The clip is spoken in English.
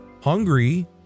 Hungry